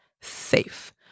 safe